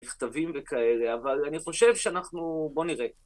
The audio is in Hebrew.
מכתבים וכאלה, אבל אני חושב שאנחנו, בוא נראה.